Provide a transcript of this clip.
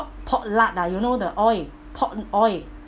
pork lard lah you know the oil pork oil